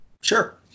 Sure